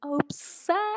obsessed